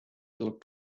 looked